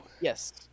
yes